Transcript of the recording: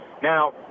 Now